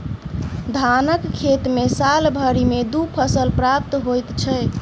धानक खेत मे साल भरि मे दू फसल प्राप्त होइत छै